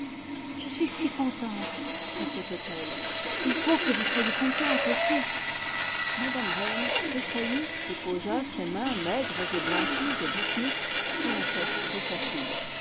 je suis si contente répétait-elle il faut que vous soyez contente aussi mme yane tressaillit et posa ses mains maigres et blanchies au bismuth sur la tête de sa fille